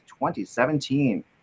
2017